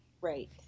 Right